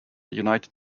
united